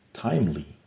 timely